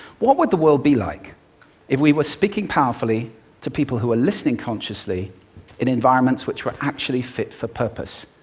what would the world be like if we were speaking powerfully to people who were listening consciously in environments which were actually fit for purpose?